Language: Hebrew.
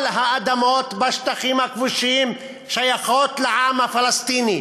כל האדמות בשטחים הכבושים שייכות לעם הפלסטיני.